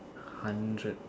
hundred